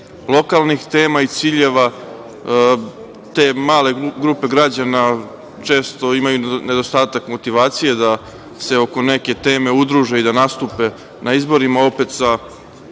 lokalnih tema i ciljeva. Te male grupe građana često imaju nedostatak motivacije da se oko neke teme udruže i da nastupe na izborima, opet sa